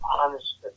honest